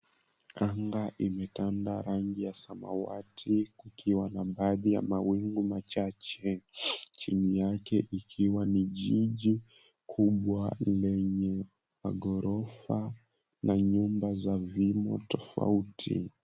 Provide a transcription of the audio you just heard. Anga imetanda rangi ya samawati, kukiwa na baadhi ya mawingu machache, chini yake ikiwa ni jiji kubwa lenye maghorofa na nyumba za viimo tofauti.